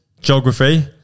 geography